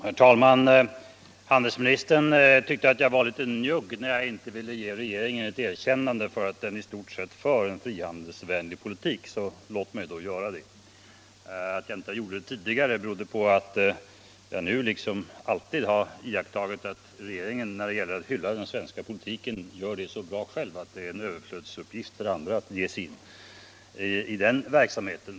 Herr talman! Handelsministern tyckte att jag var litet njugg när jag inte ville ge regeringen ett erkännande för att den i stort sett för en frihandelsvänlig politik. Låt mig då göra det nu. Att jag inte gjorde det tidigare beror på att jag har iakttagit att regeringen själv hyllar den svenska politiken så bra att det är en överflödsuppgift för andra att ge sig in i den verksamheten.